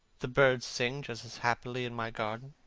the birds sing just as happily in my garden.